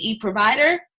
provider